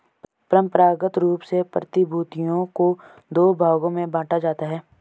परंपरागत रूप से प्रतिभूतियों को दो भागों में बांटा जाता है